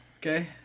Okay